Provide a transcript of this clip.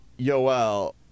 Yoel